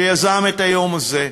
שיזם את היום הזה,